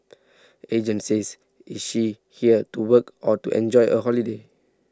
agent says is she here to work or to enjoy a holiday